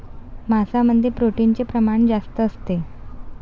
मांसामध्ये प्रोटीनचे प्रमाण जास्त असते